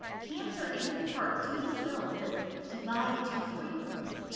cancer is in part due to cells that divide too frequently.